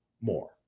more